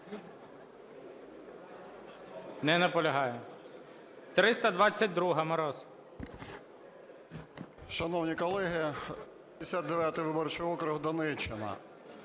Не наполягає. 322-а, Мороз.